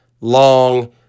long